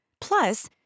Plus